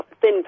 thin